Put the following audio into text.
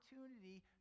opportunity